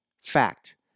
Fact